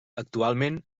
actualment